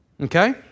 Okay